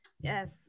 Yes